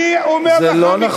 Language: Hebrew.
זה לא נכון.